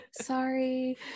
sorry